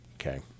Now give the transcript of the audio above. okay